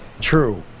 true